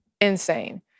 insane